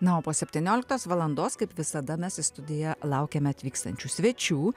na o po septynioliktos valandos kaip visada mes į studiją laukiame atvykstančių svečių